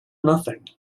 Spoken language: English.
nothing